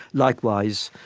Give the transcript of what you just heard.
likewise,